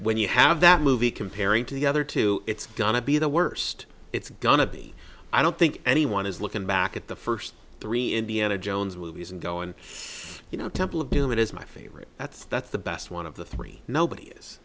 when you have that movie comparing to the other two it's gonna be the worst it's gonna be i don't think anyone is looking back at the first three indiana jones movies and go and you know temple of doom it is my favorite that's that's the best one of the three nobody is